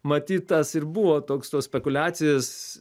matyt tas ir buvo toks tos spekuliacijos